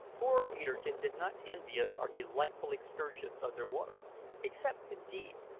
poor peterkin did not envy us our delightful excursions under water except, indeed,